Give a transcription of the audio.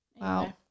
wow